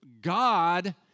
God